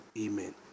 amen